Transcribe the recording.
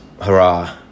hurrah